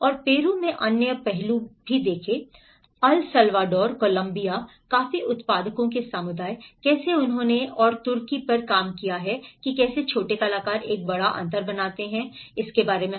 और पेरू में अन्य पहलू भी हैं अल साल्वाडोर कोलंबिया कॉफी उत्पादकों के समुदाय कैसे उन्होंने और तुर्की पर काम किया है कि कैसे छोटे कलाकार एक बड़ा अंतर बनाते हैं इस में